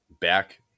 back